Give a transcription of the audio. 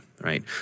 Right